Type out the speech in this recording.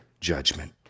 judgment